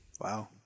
Wow